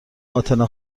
اتنا